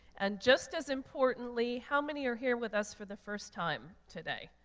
and just as importantly, how many are here with us for the first time today?